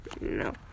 No